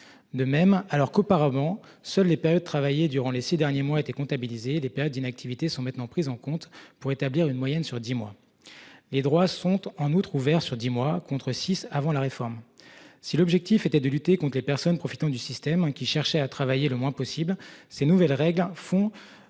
De même, alors qu'auparavant seuls les périodes travaillées durant les 6 derniers mois été comptabilisés des périodes d'inactivité sont maintenant prises en compte pour établir une moyenne sur 10 mois. Les droits sont en outre ouvert sur 10 mois contre six avant la réforme. Si l'objectif était de lutter contres les personnes profitant du système, qui cherchait à travailler le moins possible ces nouvelles règles un